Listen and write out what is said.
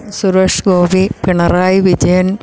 Suresh Gopi Pinarayi Vijayan